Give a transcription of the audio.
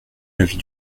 l’avis